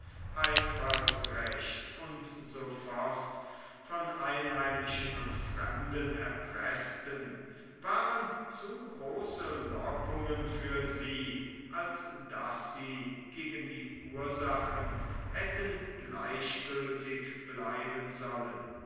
heimfallsrecht u s f von einheimischen und fremden erpreßten waren zu große lockungen für sie als daß sie gegen die ursachen hätten gleichgültig bleiben sollen